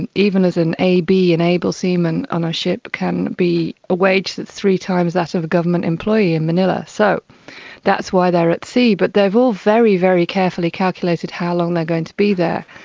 and even as an ab, an able seaman on a ship can be a wage that is three times that of a government employee in manila. so that's why they are at sea. but they have all very, very carefully calculated how long they are going to be there.